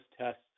tests